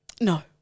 No